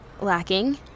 lacking